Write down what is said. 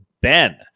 ben